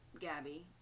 Gabby